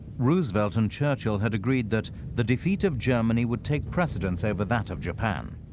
roosevelt and churchill had agreed that the defeat of germany would take precedence over that of japan.